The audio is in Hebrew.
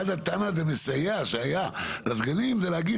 אחד הטענה זה מסייע שהיה לסגנים זה להגיד